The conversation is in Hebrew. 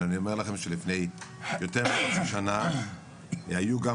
אבל אני אומר לכם שכבר לפני יותר מחצי שנה היו גם